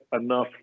enough